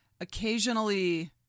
occasionally